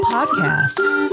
Podcasts